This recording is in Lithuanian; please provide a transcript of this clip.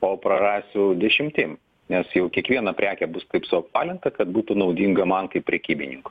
o prarasiu dešimtim nes jau kiekviena prekė bus taip suapvalinta kad būtų naudinga man kaip prekybininkui